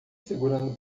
segurando